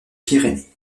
pyrénées